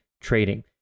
trading